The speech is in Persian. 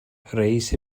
رییس